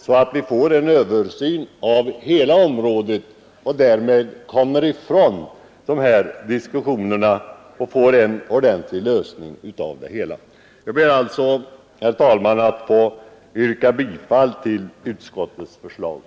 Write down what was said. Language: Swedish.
Då får vi en översyn av hela området, och kommer ifrån alla diskussioner och får en ordentlig lösning på hela problemet. Herr talman! Jag ber att få yrka bifall till utskottets hemställan.